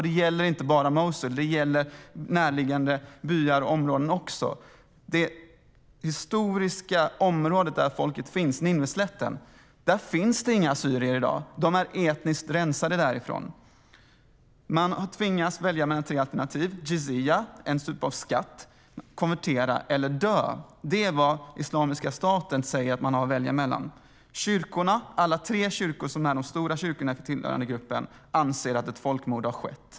Det gäller inte bara Mosul utan det gäller även närliggande byar och områden. I det historiska området där folket finns, Nineveslätten, finns det inga assyrier i dag - de är etniskt rensade därifrån. Man tvingas välja mellan tre alternativ: betala jizya, en typ av skatt, konvertera eller dö. Det är vad Islamiska staten säger att man har att välja mellan. Alla de tre stora kyrkorna i folkgruppen anser att ett folkmord har skett.